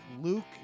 Luke